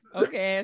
okay